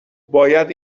باید